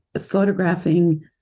photographing